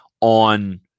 on